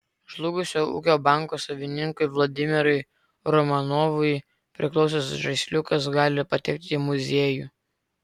žlugusio ūkio banko savininkui vladimirui romanovui priklausęs žaisliukas gali patekti į muziejų